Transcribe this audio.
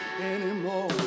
anymore